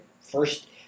first